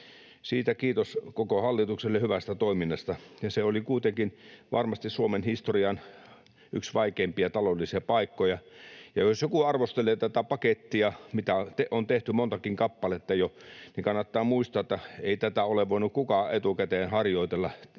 hyvä. Kiitos koko hallitukselle hyvästä toiminnasta. Se oli kuitenkin varmasti Suomen historian yksi vaikeimpia taloudellisia paikkoja. Ja jos joku arvostelee tätä pakettia, joita on jo tehty montakin kappaletta, niin kannattaa muistaa, että ei tätä ole voinut kukaan etukäteen harjoitella.